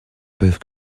peuvent